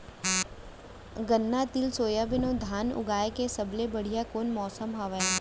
गन्ना, तिल, सोयाबीन अऊ धान उगाए के सबले बढ़िया कोन मौसम हवये?